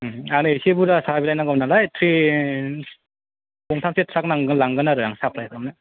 आंनो एसे बुरजा साहा बिलाइ नांगौमोन नालाय थ्रि गंथामसो ट्राक नां लांगोन आं साफ्लाइ खालामनो